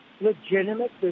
legitimate